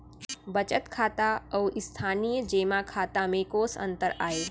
बचत खाता अऊ स्थानीय जेमा खाता में कोस अंतर आय?